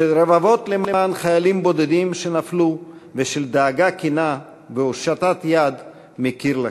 של רבבות למען חיילים בודדים שנפלו ושל דאגה כנה והושטת יד מקיר לקיר.